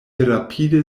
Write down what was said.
rapide